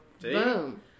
boom